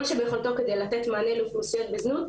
שביכולתו כדי לתת מענה לאוכלוסיות בזנות,